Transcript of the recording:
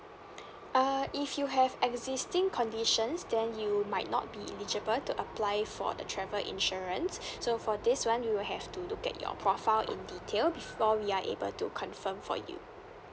uh if you have existing conditions then you might not be eligible to apply for the travel insurance so for this one we will have to look at your profile in detail before we are able to confirm for you